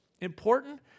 important